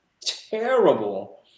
terrible